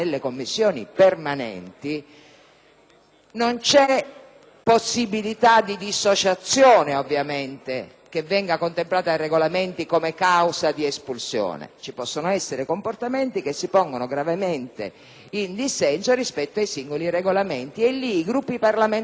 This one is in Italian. non vi è possibilità di dissociazione, ovviamente, che venga contemplata nei regolamenti come causa di espulsione. Ci potrebbero essere comportamenti che si pongono gravemente in dissenso rispetto ai singoli regolamenti e, in tal caso, i Gruppi parlamentari e i partiti di appartenenza decideranno,